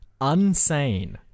Unsane